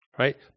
right